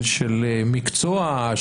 של מקצוע,